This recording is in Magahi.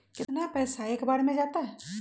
कितना पैसा एक बार में जाता है?